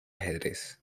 ajedrez